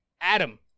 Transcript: Adam